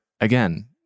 again